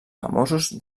famosos